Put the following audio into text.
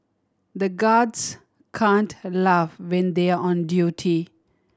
the guards can't laugh when they are on duty